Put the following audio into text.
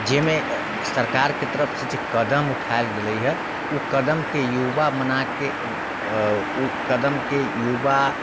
जाहिमे सरकारके तरफसँ जे कदम उठायल गेलै हँ उ कदमके युवा बनाके उ कदमके युवा